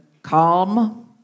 Calm